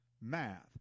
math